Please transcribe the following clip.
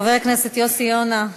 חבר הכנסת יוסי יונה,